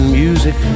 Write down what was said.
music